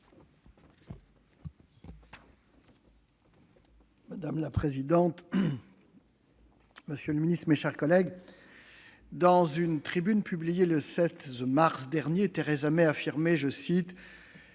Madame la présidente, monsieur le secrétaire d'État, mes chers collègues, dans une tribune publiée le 16 mars dernier, Theresa May affirmait :«